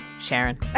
Sharon